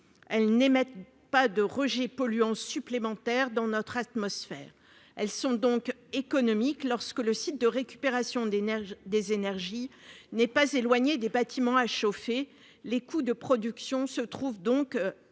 n'émettent pas de rejets polluants supplémentaires dans notre atmosphère et elles sont économiques. De fait, lorsque le site de récupération des énergies n'est pas éloigné des bâtiments à chauffer, les coûts de production se trouvent